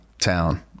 town